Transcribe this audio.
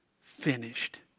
finished